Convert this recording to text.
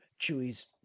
Chewie's